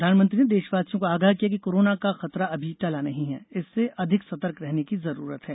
प्रधानमंत्री ने देशवासियों को आगाह किया कि कोरोना का खतरा अभी टला नहीं है इससे अधिक सतर्क रहने की जरूरत है